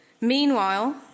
Meanwhile